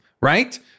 right